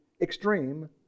extreme